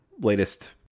latest